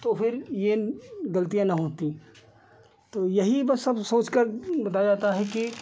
तो फिर यह गलतियाँ न होतीं तो यही बस सब सोचकर बताया जाता है कि